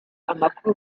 amakuru